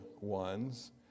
ones